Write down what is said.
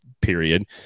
period